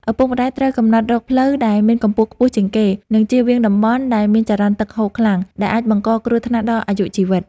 ឪពុកម្តាយត្រូវកំណត់រកផ្លូវដែលមានកម្ពស់ខ្ពស់ជាងគេ និងជៀសវាងតំបន់ដែលមានចរន្តទឹកហូរខ្លាំង ដែលអាចបង្កគ្រោះថ្នាក់ដល់អាយុជីវិត។